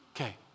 Okay